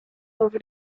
over